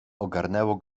ogarnęło